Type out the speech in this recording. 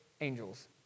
angels